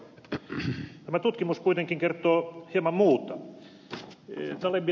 tämä tutkimus kuitenkin kertoo hieman muuta